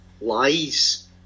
lies